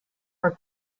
are